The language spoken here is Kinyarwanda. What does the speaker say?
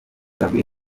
bagwire